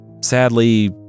sadly